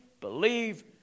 believe